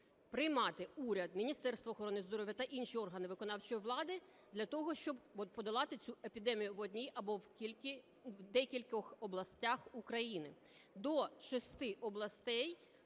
приймати уряд, Міністерство охорони здоров'я та інші органи виконавчої влади для того, щоб подолати цю епідемію в одній або в декількох областях України. До шести областей